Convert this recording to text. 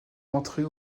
entrer